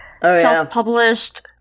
Self-published